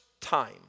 time